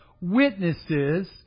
witnesses